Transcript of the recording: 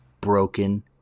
broken